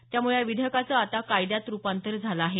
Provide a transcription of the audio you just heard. त्यामुळे या विधेयकाचं आता कायद्यात रुपांतर झालं आहे